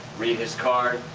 read his card,